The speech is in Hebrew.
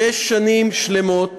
שש שנים שלמות,